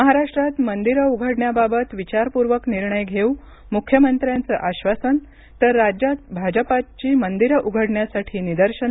महाराष्ट्रात मंदिरं उघडण्याबाबत विचारपूर्वक निर्णय घेऊ मुख्यमंत्र्यांचं आश्वासन तर राज्यात भाजपाची मंदिरं उघडण्यासाठी निदर्शन